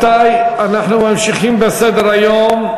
אנחנו ממשיכים בסדר-היום.